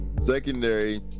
Secondary